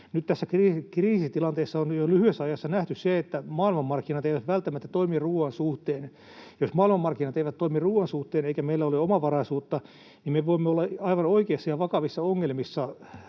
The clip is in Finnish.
tässä kriisitilanteessa on jo lyhyessä ajassa nähty se, että maailmanmarkkinat eivät välttämättä toimi ruoan suhteen. Jos maailmanmarkkinat eivät toimi ruoan suhteen eikä meillä ole omavaraisuutta, niin me voimme olla aivan oikeissa ja vakavissa ongelmissa